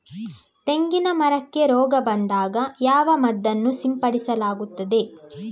ತೆಂಗಿನ ಮರಕ್ಕೆ ರೋಗ ಬಂದಾಗ ಯಾವ ಮದ್ದನ್ನು ಸಿಂಪಡಿಸಲಾಗುತ್ತದೆ?